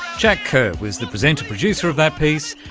jack kerr was the presenter producer of that piece,